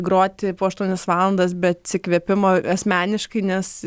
groti po aštuonias valandas be atsikvėpimo asmeniškai nes